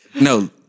No